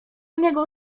niego